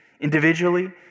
individually